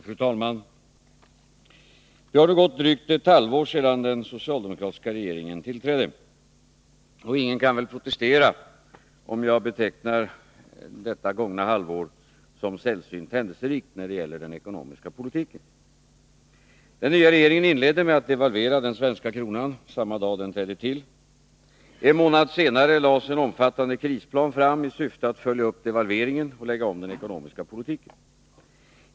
Fru talman! Det har nu gått drygt ett halvår sedan den socialdemokratiska regeringen tillträdde. Ingen kan väl protestera om jag betecknar detta gångna halvår som sällsynt händelserikt när det gäller den ekonomiska politiken. Den nya regeringen inledde med att devalvera den svenska kronan samma dag den trädde till. En månad senare lades en omfattande krisplan fram i syfte att följa upp devalveringen och lägga om den ekonomiska politiken.